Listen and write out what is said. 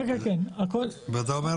ואתה אומר